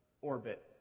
orbit